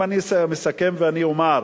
אם אני מסכם ואומר,